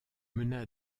mena